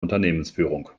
unternehmensführung